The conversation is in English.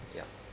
ya